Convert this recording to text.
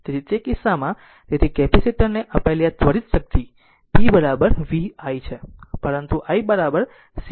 તેથી તે કિસ્સામાં તેથી કેપેસિટર ને અપાયેલી આ ત્વરિત શક્તિ p v i છે પરંતુ i c dv dt